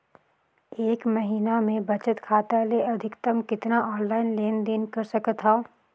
एक महीना मे बचत खाता ले अधिकतम कतना ऑनलाइन लेन देन कर सकत हव?